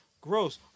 gross